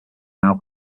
now